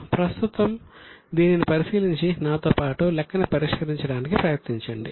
ప్రస్తుతం దీనిని పరిశీలించి నాతో పాటు లెక్కను పరిష్కరించడానికి ప్రయత్నించండి